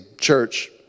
church